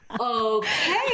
okay